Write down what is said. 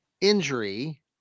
injury